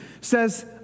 says